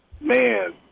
Man